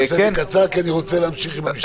תעשה את זה קצר, כי אני רוצה להמשיך עם המשטרה.